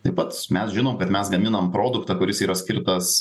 taip pat mes žinom kad mes gaminam produktą kuris yra skirtas